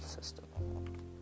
system